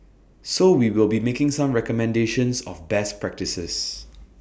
so we will be making some recommendations of best practices